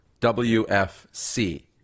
WFC